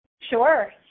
Sure